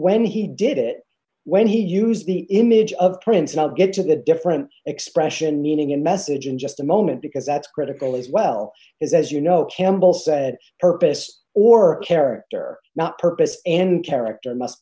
when he did it when he used the image of prince now get to the different expression meaning in message in just a moment because that's critical as well is as you know campbell said purpose or character not purpose and character must